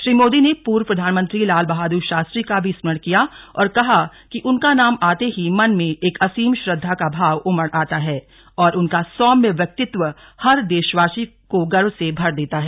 श्री मोदी ने पूर्व प्रधानमंत्री लाल बहादुर शास्त्री का भी स्मरण किया और कहा कि उनका नाम आते ही मन में एक असीम श्रद्धा का भाव उमड़ आता है और उनका सौम्य व्यक्तित्व हर देशवासी को गर्व से भर देता है